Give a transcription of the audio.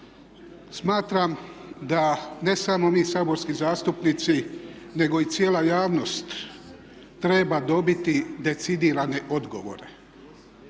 Smatram da ne samo mi saborski zastupnici nego i cijela javnost treba dobiti decidirane odgovore